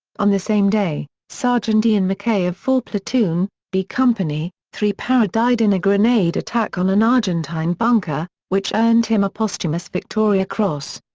on the same day, sgt ian mckay of four platoon, b company, three para died in a grenade attack on an argentine bunker, which earned him a posthumous victoria cross.